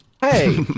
Hey